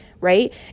right